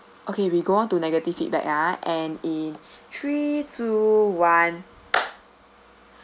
okay we go on to negative feedback ah and in three two one